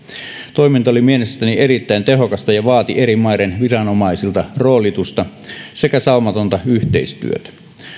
toiminta oli mielestäni erittäin tehokasta ja vaati eri maiden viranomaisilta roolitusta sekä saumatonta yhteistyötä